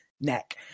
neck